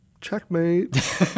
Checkmate